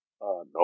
no